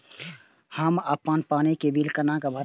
हम अपन पानी के बिल केना भरब?